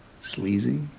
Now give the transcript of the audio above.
Sleazy